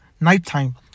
nighttime